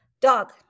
Dog